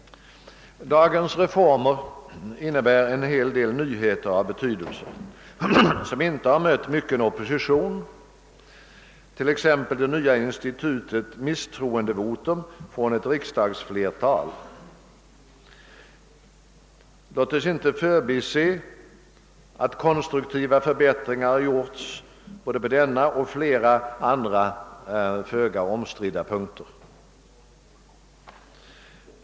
Dagens reformer innebär en hel del nyheter av betydelse som inte har mött mycken opposition, t.ex. förslaget om det nya institutet misstroendevotum från ett riksdagsflertal. Låt oss inte förbise att konstruktiva förbättringar har gjorts både på denna och flera andra föga omstridda punkter.